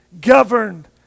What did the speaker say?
governed